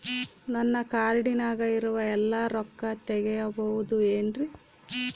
ನನ್ನ ಕಾರ್ಡಿನಾಗ ಇರುವ ಎಲ್ಲಾ ರೊಕ್ಕ ತೆಗೆಯಬಹುದು ಏನ್ರಿ?